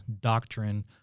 doctrine